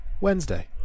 Wednesday